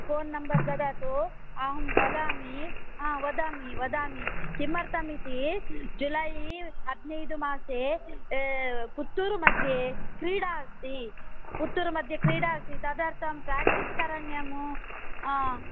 phone number ददातु अहं वदामि हा वदामि वदामि किमर्तमिति जुलै हद्नैदु मासे पुत्तूरु मध्ये क्रीडा अस्ति पुत्तूरुमद्ये क्रीडा अस्ति तदर्तं प्राक्टीस् करण्यम् हा